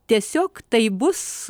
tiesiog tai bus